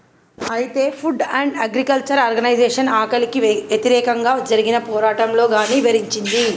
అయితే food and agriculture organization ఆకలికి వ్యతిరేకంగా జరిగిన పోరాటంలో గాన్ని ఇవరించింది